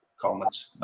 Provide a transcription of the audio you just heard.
comments